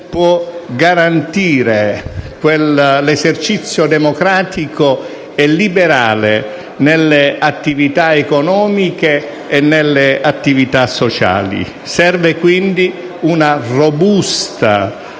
può garantire l'esercizio democratico e liberale nelle attività economiche e nelle attività sociali. Serve quindi una robusta